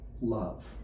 love